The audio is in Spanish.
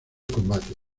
combate